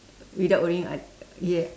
without wearing a ya